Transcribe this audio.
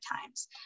times